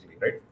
right